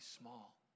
small